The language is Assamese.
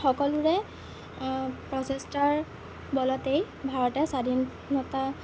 সকলোৰে প্ৰচেষ্টাৰ বলতেই ভাৰতে স্বাধীনতা